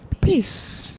peace